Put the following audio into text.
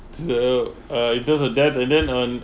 so uh it doesn't death and then um